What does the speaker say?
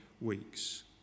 weeks